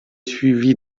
suivi